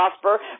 prosper